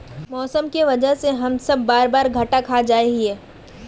मौसम के वजह से हम सब बार बार घटा खा जाए हीये?